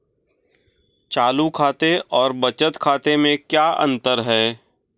चालू खाते और बचत खाते में क्या अंतर है?